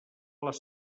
les